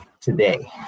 today